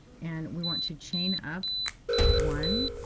and we want to chain up one,